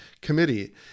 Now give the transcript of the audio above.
committee